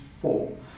four